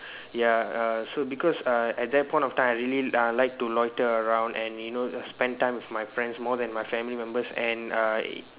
ya uh so because uh at that point of time I really uh like to loiter around and you know spend time with my friends more than my family members and uh it